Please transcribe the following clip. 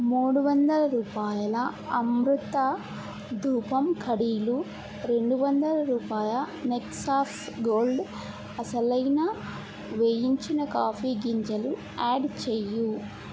మూడువందల రూపాయల అమృత ధూపం ఖడీలు రెండు వందల రూపాయ నెక్సాస్ గోల్డ్ అసలైన వేయించిన కాఫీ గింజలు యాడ్ చెయ్యి